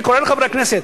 אני קורא לחברי הכנסת,